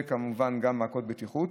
וכמובן גם מעקות בטיחות.